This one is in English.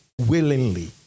willingly